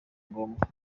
ngombwa